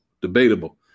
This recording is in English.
debatable